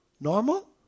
normal